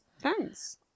thanks